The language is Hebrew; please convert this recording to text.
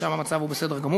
ושם המצב הוא בסדר גמור,